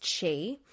chi